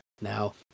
now